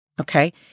Okay